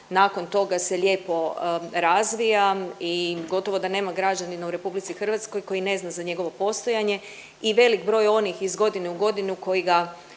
nakon toga se lijepo razvija i gotovo da nema građanina u RH koji ne zna za njegovo postojanje i velik broj onih iz godine u godinu koji ga